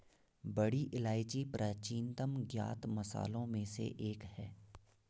बड़ी इलायची प्राचीनतम ज्ञात मसालों में से एक है